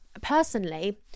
personally